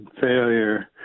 failure